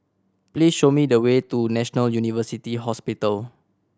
please show me the way to National University Hospital